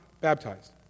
baptized